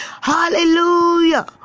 Hallelujah